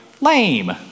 Lame